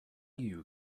you